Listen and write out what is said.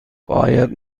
باید